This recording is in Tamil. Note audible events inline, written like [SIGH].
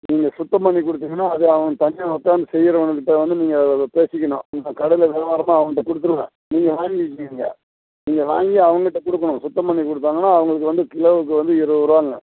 நீங்கள் சுத்தம் பண்ணி கொடுத்திங்கன்னா அது அவன் தண்ணி ஊற்றி அந்த செய்கிறவங்கக்கிட்ட வந்து நீங்கள் பேசிக்கணும் கடையில் [UNINTELLIGIBLE] அவன்கிட்ட கொடுத்துருவேன் நீங்கள் வாங்கிக்கிங்க நீங்கள் வாங்கி அவங்ககிட்ட கொடுக்கணும் சுத்தம் பண்ணி கொடுத்தாங்கன்னா அவங்களுக்கு வந்து கிலோவுக்கு வந்து இருபது ரூவாங்க